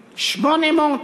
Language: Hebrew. מה?